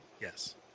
Yes